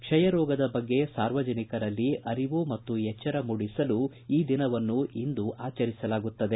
ಕ್ಷಯರೋಗದ ಬಗ್ಗೆ ಸಾರ್ವಜನಿಕರಲ್ಲಿ ಅರಿವು ಮತ್ತು ಎಚ್ಚರ ಈ ದಿನವನ್ನು ಇಂದು ಆಚರಿಸಲಾಗುತ್ತದೆ